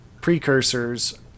precursors